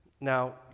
Now